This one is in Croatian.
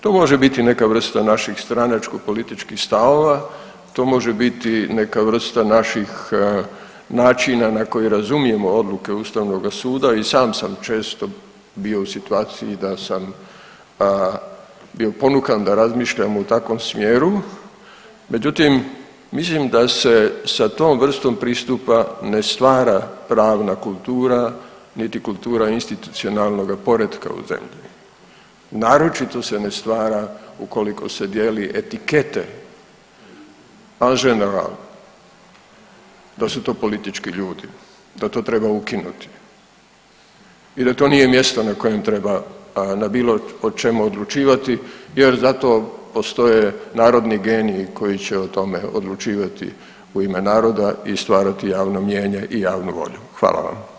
To može biti neka vrsta naših stranačko političkih stavova, to može biti neka vrsta naših načina na koji razumijemo odluke ustavnoga suda i sam sam često bio u situaciji da sam bio ponukan da razmišljam u takvom smjeru, međutim mislim da se sa tom vrstom pristupa ne stvara pravna kultura, niti kultura institucionalnoga poretka u zemlji, naročito se ne stvara ukoliko se dijeli etikete … [[Govornik se ne razumije]] da su to politički ljudi, da to treba ukinuti i da to nije mjesto na kojem treba na bilo o čemu odlučivati jer za to postoje narodni geniji koji će o tome odlučivati u ime naroda i stvarati javno mijenje i javnu volju, hvala vam.